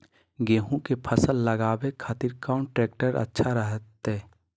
गेहूं के फसल लगावे खातिर कौन ट्रेक्टर अच्छा रहतय?